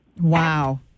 Wow